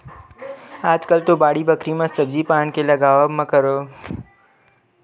आजकल तो बाड़ी बखरी म सब्जी पान के लगावब म बरोबर आधुनिक तरकीब झिल्ली म तोपे वाले बरोबर देखे बर मिलथे ही